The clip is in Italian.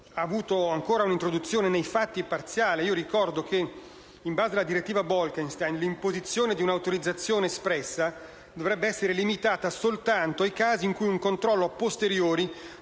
ha avuto, nei fatti, un'introduzione ancora parziale. Ricordo che in base a tale direttiva l'imposizione di un'autorizzazione espressa dovrebbe essere limitata soltanto ai casi in cui un controllo a posteriori